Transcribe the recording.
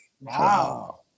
Wow